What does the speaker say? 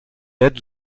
aide